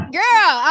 girl